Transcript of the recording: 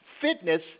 fitness